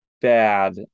bad